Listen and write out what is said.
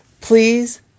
please